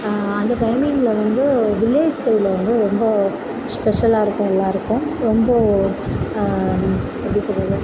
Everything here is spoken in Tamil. அந்த டைமிங்கில் வந்து வில்லேஜ் சைட்டில் வந்து ரொம்ப ஸ்பெஷலாக இருக்கும் எல்லோருக்கும் ரொம்ப எப்படி சொல்வது